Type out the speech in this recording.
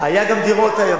היו גם דירות,